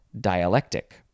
dialectic